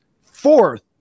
fourth